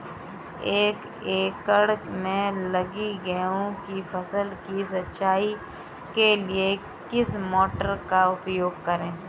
एक एकड़ में लगी गेहूँ की फसल की सिंचाई के लिए किस मोटर का उपयोग करें?